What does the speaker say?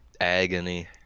agony